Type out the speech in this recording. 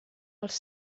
els